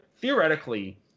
theoretically